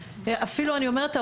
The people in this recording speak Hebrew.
יישמע.